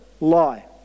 Lie